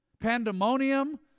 pandemonium